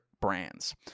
brands